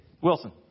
Wilson